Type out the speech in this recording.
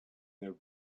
their